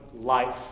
life